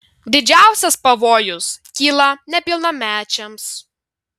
didžiausias pavojus kyla nepilnamečiams